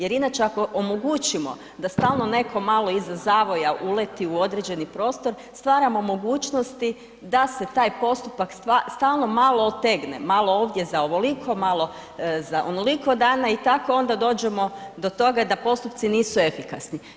Jer inače ako omogućimo da stalno netko malo iza zavoja uleti u određeni prostor, stvaramo mogućnosti da se taj postupak stalno malo otegnem, malo ovdje za ovoliko, malo za onoliko dana i tako onda dođemo do toga da postupci nisu efikasni.